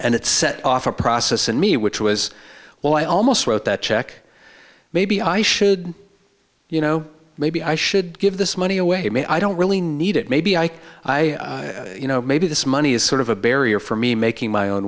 and it set off a process in me which was well i almost wrote that check maybe i should you know maybe i should give this money away maybe i don't really need it maybe i i you know maybe this money is sort of a barrier for me making my own